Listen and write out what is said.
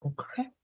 Okay